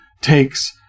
takes